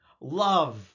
love